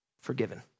forgiven